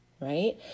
right